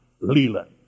Leland